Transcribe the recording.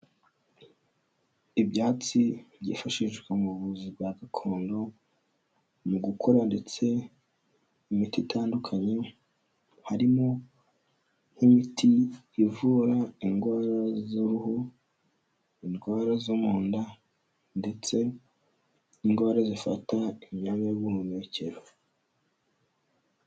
Ibyatsi byifashishwa mu buvuzi bwa gakondo mu gukora ndetse imiti itandukanye harimo nk'imiti ivura indwara z'uruhu, indwara zo mu nda ndetse n'indwara zifata imyanya y'ubuhumekero.